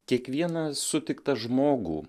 kiekvieną sutiktą žmogų